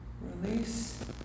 Release